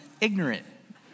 ignorant